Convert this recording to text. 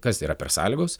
kas yra per sąlygos